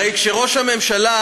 הרי כאשר ראש הממשלה,